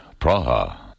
Praha